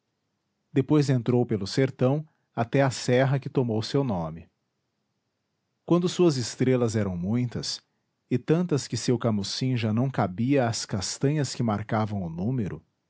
depois entrou pelo sertão até a serra que tomou seu nome quando suas estrelas eram muitas e tantas que seu camucim já não cabia as castanhas que marcavam o número